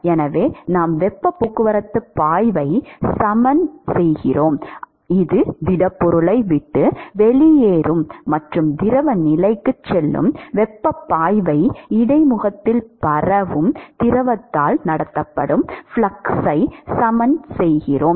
எனவே நாம் வெப்பப் போக்குவரத்துப் பாய்வை சமன் செய்கிறோம் இது திடப்பொருளை விட்டு வெளியேறும் மற்றும் திரவ நிலைக்குச் செல்லும் வெப்பப் பாய்வை இடைமுகத்தில் பரவும் திரவத்தால் நடத்தப்படும் ஃப்ளக்ஸ் ஐ சமன் செய்கிறோம்